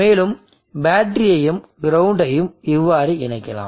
மேலும் பேட்டரியையும் கிரவுண்டயும் இவ்வாறு இணைக்கலாம்